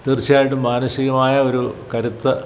തീർച്ചയായിട്ടും മാനസികമായ ഒരു കരുത്ത്